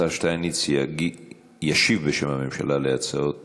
השר שטייניץ ישיב בשם הממשלה על ההצעות